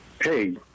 Hey